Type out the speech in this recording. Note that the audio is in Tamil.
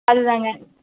அது தாங்க